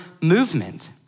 movement